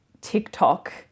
TikTok